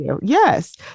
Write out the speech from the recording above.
yes